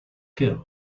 killed